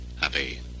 happy